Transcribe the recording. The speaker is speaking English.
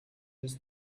his